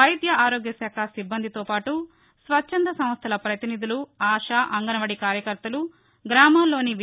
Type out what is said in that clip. వైద్య ఆరోగ్య శాఖ సిబ్బందితో పాటు స్వచ్ఛంద సంస్దల ప్రతినిధులు ఆశా అంగన్వాడీ కార్యకర్తలు గ్రామాల్లోని వి